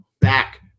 back